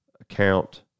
account